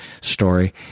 story